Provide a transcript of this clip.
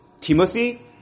Timothy